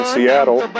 Seattle